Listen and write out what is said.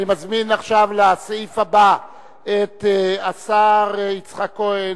אני מזמין עכשיו לסעיף הבא את השר יצחק כהן,